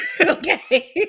Okay